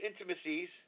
intimacies